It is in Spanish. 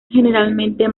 generalmente